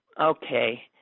okay